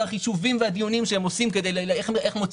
החישובים והדיונים שהם עושים כדי למצוא